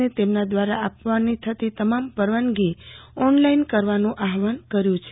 ને તેમના દ્વારા આપવાની થતી તમામ પરવાનગી ઓન લાઈન કરવાનું આહવાન કર્યું છે